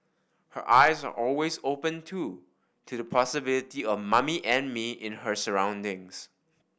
her eyes are always open too to the possibility of 'Mummy and Me' in her surroundings